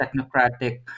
technocratic